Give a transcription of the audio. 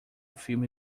filme